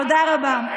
תודה רבה.